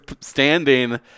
standing